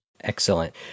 Excellent